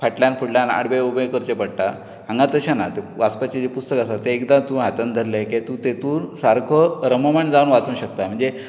फाटल्यान फुडल्यान आडवे उबे करचे पडटा हांगा तशें ना ते वाचपाचें जें पुस्तक तें एकदां तूं हातांन धरलें की तूं तेंतूर सारको रममण जावन वाचूंक शकता म्हणजे